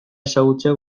ezagutzea